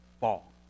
fall